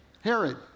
Herod